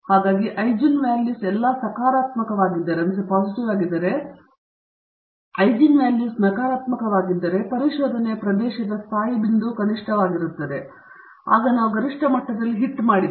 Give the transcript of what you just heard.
ಹಾಗಾಗಿ eigen values ಎಲ್ಲಾ ಸಕಾರಾತ್ಮಕವಾಗಿದ್ದರೆ eigen values ನಕಾರಾತ್ಮಕವಾಗಿದ್ದರೆ ಪರಿಶೋಧನೆಯ ಪ್ರದೇಶದ ಸ್ಥಾಯಿ ಬಿಂದುವು ಕನಿಷ್ಠವಾಗಿರುತ್ತದೆ ಆಗ ನಾವು ಗರಿಷ್ಟ ಮಟ್ಟದಲ್ಲಿ ಹಿಟ್ ಮಾಡಿದ್ದೇವೆ